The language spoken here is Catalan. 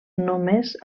només